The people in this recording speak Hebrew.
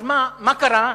מה קרה?